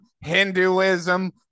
hinduism